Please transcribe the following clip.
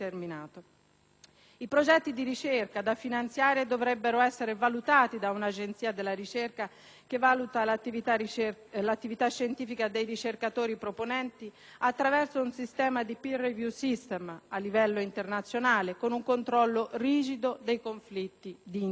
I progetti di ricerca da finanziare dovrebbero essere poi valutati da un'agenzia della ricerca che vagli l'attività scientifica dei ricercatori proponenti attraverso un sistema di *peer* *review* a livello internazionale, con un controllo rigido dei conflitti di interesse.